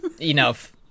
Enough